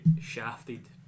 shafted